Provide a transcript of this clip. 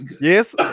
yes